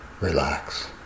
relax